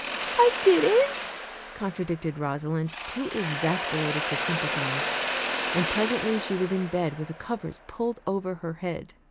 i didn't, contradicted rosalind, too exasperated to sympathize and presently she was in bed, with the covers pulled over her head.